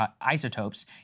isotopes